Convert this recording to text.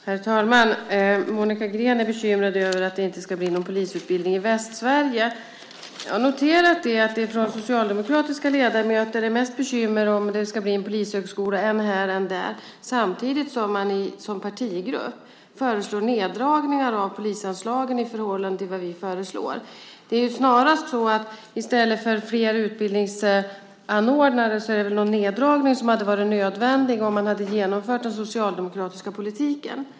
Herr talman! Monica Green är bekymrad över att det inte ska bli någon polisutbildning i Västsverige. Jag har noterat att det från socialdemokratiska ledamöter mest är bekymmer för om det ska bli en polishögskola än här, än där, samtidigt som man som partigrupp föreslår neddragningar av polisanslagen i förhållande till vad vi föreslår. Det är väl snarast så att det i stället för fler utbildningsanordnare är en neddragning som hade varit nödvändig om man hade genomfört den socialdemokratiska politiken.